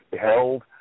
held